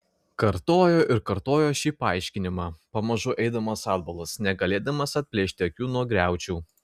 kartojo ir kartojo šį paaiškinimą pamažu eidamas atbulas negalėdamas atplėšti akių nuo griaučių